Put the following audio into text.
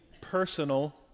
personal